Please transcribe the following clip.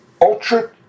ultra